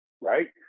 right